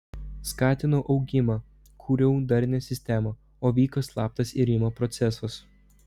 skatinau augimą kūriau darnią sistemą o vyko slaptas irimo procesas